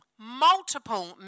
multiple